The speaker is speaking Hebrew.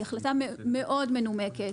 היא החלטה מאוד מנומקת,